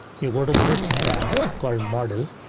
you go to this tab called model.